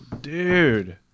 dude